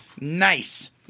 Nice